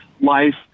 life